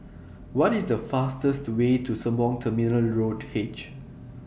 What IS The fastest Way to Sembawang Terminal Road H